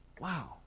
Wow